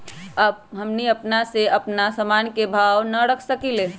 हमनी अपना से अपना सामन के भाव न रख सकींले?